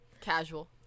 Casual